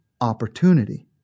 opportunity